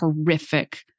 horrific